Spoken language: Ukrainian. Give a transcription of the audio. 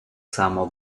само